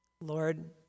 Lord